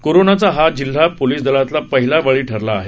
कोरोनाचा हा जिल्हा पोलिस दलातला पहिला बळी ठरला आहे